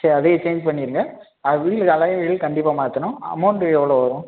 சரி அதையும் சேஞ்ச் பண்ணிடுங்க வீலு அலைன் கண்டிப்பாக மாற்றணும் அமௌண்டு எவ்வளோ வரும்